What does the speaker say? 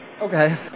Okay